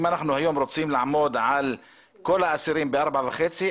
אם אנחנו היום רוצים לעמוד על כל האסירים ב-4.5 מ"ר,